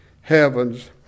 heavens